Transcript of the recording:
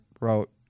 wrote